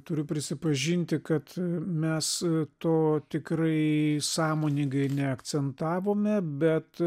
turiu prisipažinti kad mes to tikrai sąmoningai neakcentavome bet